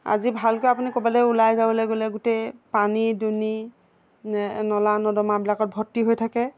আজি ভালকৈ আপুনি ক'ৰবালৈ ওলাই যাবলে গ'লে গোটেই পানী দুনি নলা নৰ্দমাবিলাকত ভৰ্তি হৈ থাকে